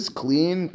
clean